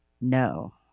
No